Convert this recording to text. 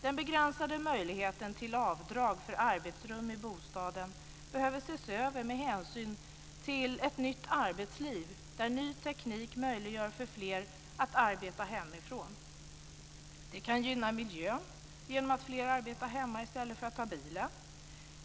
Den begränsade möjligheten till avdrag för arbetsrum i bostaden behöver ses över med hänsyn till ett nytt arbetsliv där ny teknik möjliggör för fler att arbeta hemifrån. Det kan gynna miljön genom att fler arbetar hemma i stället för att ta bilen.